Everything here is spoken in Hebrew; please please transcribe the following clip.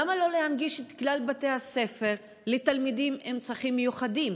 למה לא להנגיש את כלל בתי הספר לתלמידים עם צרכים מיוחדים?